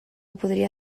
podria